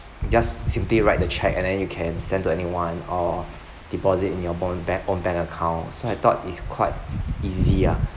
just simply write the cheque and then you can send to anyone or deposit in your b~ bank own bank account so I thought it's quite easy ah